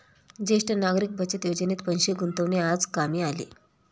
ज्येष्ठ नागरिक बचत योजनेत पैसे गुंतवणे आज कामी आले